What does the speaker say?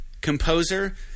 composer